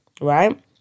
right